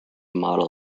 model